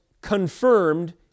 confirmed